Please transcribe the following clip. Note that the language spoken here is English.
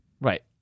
Right